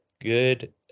good